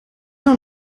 doch